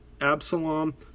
Absalom